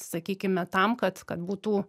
sakykime tam kad kad būtų